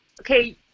okay